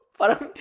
parang